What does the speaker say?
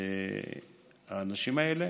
האנשים האלה,